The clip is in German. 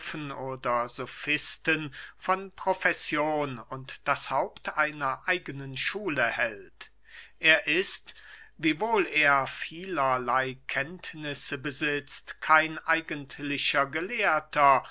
oder sofisten von profession und das haupt einer eigenen schule hält er ist wiewohl er vielerley kenntnisse besitzt kein eigentlicher gelehrter